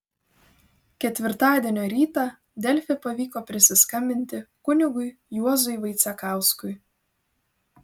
ketvirtadienio rytą delfi pavyko prisiskambinti kunigui juozui vaicekauskui